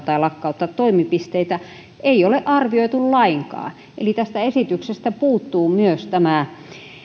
tai lakkauttaa toimipisteitä ei ole arvioitu lainkaan eli tästä esityksestä puuttuu myös